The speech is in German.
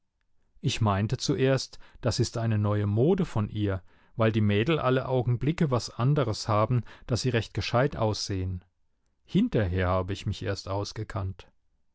ich meinte zuerst das ist eine neue mode von ihr weil die mädel alle augenblicke was anderes haben daß sie recht gescheit aussehen hinterher habe ich mich erst ausgekannt